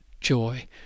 joy